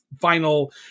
final